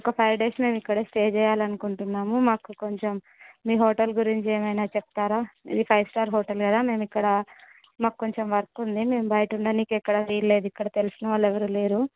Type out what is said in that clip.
ఒక five days మేము ఇక్కడే స్టే చేయాలనుకుంటున్నాము మాకు కొంచెం మీ హోటల్ గురించి ఏమైనా చెప్తారా ఇది ఫైవ్ స్టార్ హోటల్ ఏనా మేమిక్కడ మాకు కొంచెం వర్క్ ఉంది మేము బయట ఉండనీకి వీలు లేదు ఇక్కడ తెలిసినవాళ్లేవరు లేరు